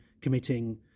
committing